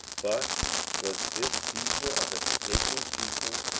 but was this seizure of escaping people,